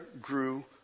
grew